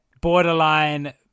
borderline